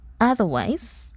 Otherwise